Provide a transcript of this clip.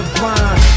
blind